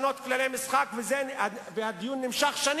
איך היא נעשקה ונלקחו רכושה ופת לחמה.